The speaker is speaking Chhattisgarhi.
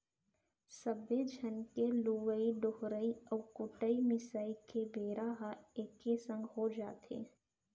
सब्बे झन के लुवई डोहराई अउ कुटई मिसाई के बेरा ह एके संग हो जाथे